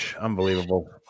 Unbelievable